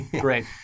Great